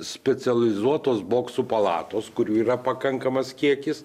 specializuotos boksų palatos kur jų yra pakankamas kiekis